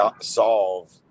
solve